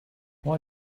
why